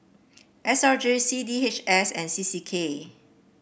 S R J C D H S and C C K